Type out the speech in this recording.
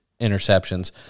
interceptions